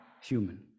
human